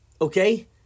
okay